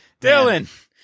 Dylan